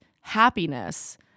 happiness